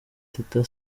teta